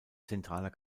zentraler